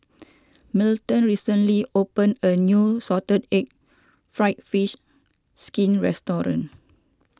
Milton recently opened a new Salted Egg Fried Fish Skin restaurant